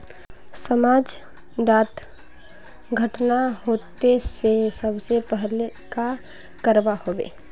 समाज डात घटना होते ते सबसे पहले का करवा होबे?